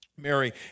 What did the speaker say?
Mary